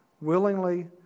Willingly